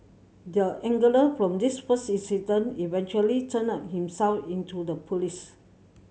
the angler from this first incident eventually turned himself in to the police